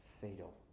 fatal